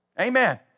Amen